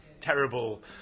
terrible